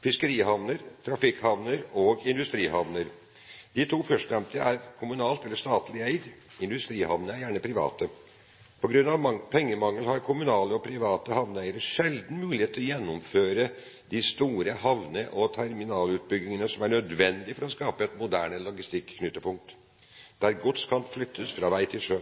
fiskerihavner, trafikkhavner og industrihavner. De to førstnevnte er kommunalt eller statlig eid. Industrihavnene er gjerne private. På grunn av pengemangel har kommunale og private havneeiere sjelden mulighet til å gjennomføre de store havne- og terminalutbyggingene som er nødvendige for å skape et moderne logistikknutepunkt der gods kan flyttes fra vei til sjø.